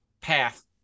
path